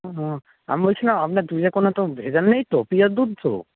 আমি বলছিলাম আপনার দুধে কোনো তো ভেজাল নেই তো পিওর দুধ তো